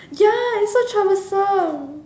ya it's so troublesome